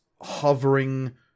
hovering